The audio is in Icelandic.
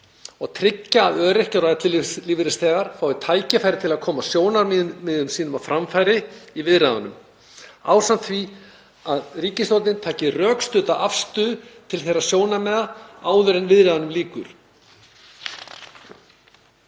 og tryggja að öryrkjar og ellilífeyrisþegar fái tækifæri til að koma sjónarmiðum sínum á framfæri í viðræðunum ásamt því að ríkisstjórnin taki rökstudda afstöðu til þeirra sjónarmiða áður en viðræðunum lýkur.“